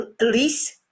Elise